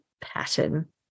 pattern